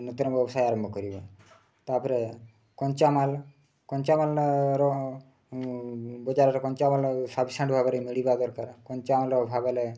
ନୂତନ ବ୍ୟବସାୟ ଆରମ୍ଭ କରିବା ତା'ପରେ କଞ୍ଚାମାଲ କଞ୍ଚାମାଲର ବଜାରରେ କଞ୍ଚାମାଲ ସାଫିସିଏଣ୍ଟ୍ ଭାବରେ ମିଳିବା ଦରକାର କଞ୍ଚାମାଲ ଭାବରେ